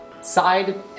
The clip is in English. side